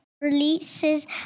releases